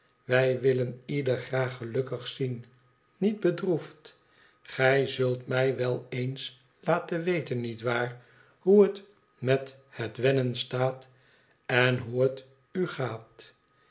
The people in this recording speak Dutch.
wij willen ieder graag gelukkig zien niet bedroefd gij zult mij wel eens laten weten niet waar hoe het met het wennen staat en hoe het u gaat